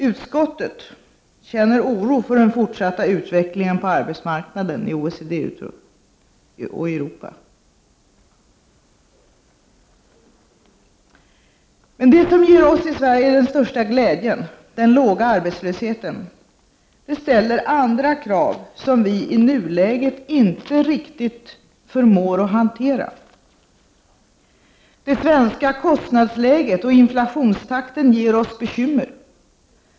Utskottet känner oro för den fortsatta utvecklingen på arbetsmarknaden i OECD och i Europa. Men det som ger oss i Sverige den största glädjen — den låga arbetslösheten — ställer andra krav som vi i nuläget inte riktigt förmår hantera. Det svenska kostnadsläget och inflationstakten ger oss bekymmer.